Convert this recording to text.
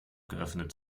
geöffnet